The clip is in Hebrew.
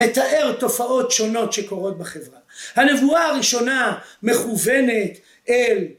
מתאר תופעות שונות שקורות בחברה הנבואה הראשונה מכוונת אל